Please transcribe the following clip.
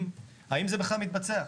האם זה בכלל מתבצע?